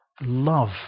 love